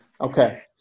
Okay